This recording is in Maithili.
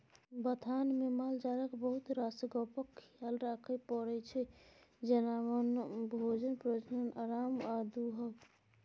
बथानमे मालजालक बहुत रास गप्पक खियाल राखय परै छै जेना भोजन, प्रजनन, आराम आ दुहब